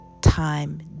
time